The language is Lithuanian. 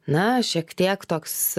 na šiek tiek toks